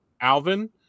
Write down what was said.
Alvin